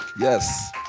Yes